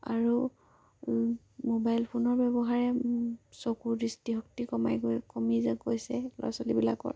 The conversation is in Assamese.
আৰু মোবাইল ফোনৰ ব্যৱহাৰে চকুৰ দৃষ্টিশক্তি কমাই গৈ কমি যা গৈছে ল'ৰা ছোৱালীবিলাকৰ